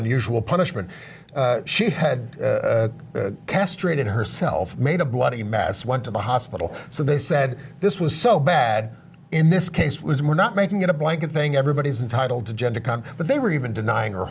unusual punishment she had castrated herself made a bloody mess went to the hospital so they said this was so bad in this case was we're not making it a blanket thing everybody's entitled to jen to come but they were even denying